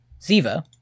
ziva